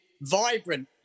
vibrant